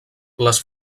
les